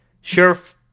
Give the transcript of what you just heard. sheriff